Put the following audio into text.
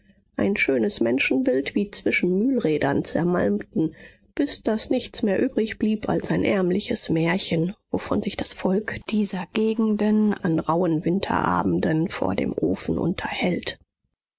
ein schönes menschenbild wie zwischen mühlrädern zermalmten bis daß nichts mehr übrigblieb als ein ärmliches märchen wovon sich das volk dieser gegenden an rauhen winterabenden vor dem ofen unterhält